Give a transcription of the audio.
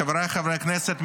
חבריי חברי הכנסת,